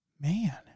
Man